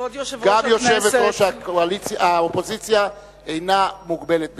גם יושבת-ראש האופוזיציה אינה מוגבלת בזמן.